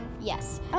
Yes